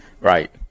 Right